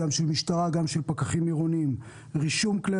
גם של משטרה וגם של פקחים עירוניים רישום כלי